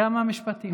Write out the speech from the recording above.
כמה משפטים אחרונים?